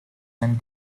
and